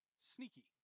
sneaky